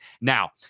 now